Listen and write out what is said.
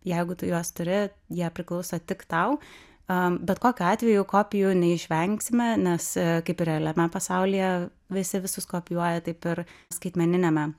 jeigu tu juos turi jie priklauso tik tau a bet kokiu atveju kopijų neišvengsime nes kaip ir realiame pasaulyje visi visus kopijuoja taip ir skaitmeniniame